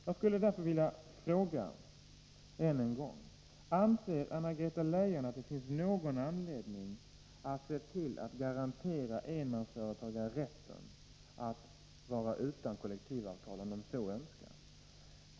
Jag skulle därför än en gång vilja fråga: Anser Anna-Greta Leijon att det finns någon anledning att garantera enmansföretagare rätten att vara utan kollektivavtal, om de så önskar?